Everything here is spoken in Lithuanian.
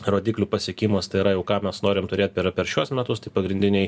rodiklių pasiekimas tai yra jau ką mes norim turėt per per šiuos metus tai pagrindiniai